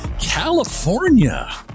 California